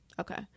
Okay